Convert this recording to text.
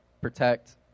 Protect